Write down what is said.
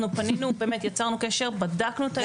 אנחנו באמת יצרנו קשר, בדקנו את הסמכויות.